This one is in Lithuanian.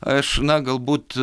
aš na galbūt